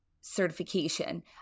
certification